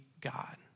God